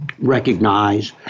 recognize